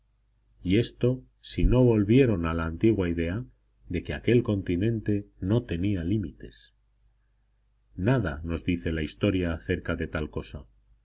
y esto si no volvieron a la antigua idea de que aquel continente no tenía límites nada nos dice la historia acerca de tal cosa